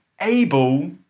able